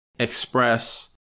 express